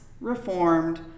reformed